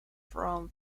from